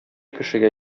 кешегә